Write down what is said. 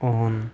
on